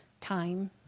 time